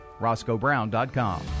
RoscoeBrown.com